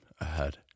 ahead